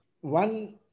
One